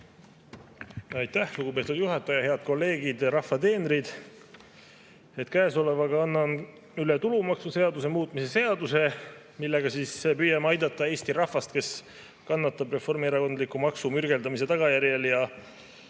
Aitäh, lugupeetud juhataja! Head kolleegid, rahva teenrid! Käesolevaga annan üle tulumaksuseaduse muutmise seaduse, millega püüame aidata Eesti rahvast, kes kannatab reformierakondliku maksumürgeldamine tagajärjel, ja